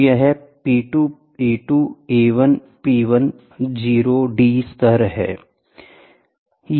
और यह P2 A2 P1 A1 0 d स्तर है